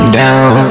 down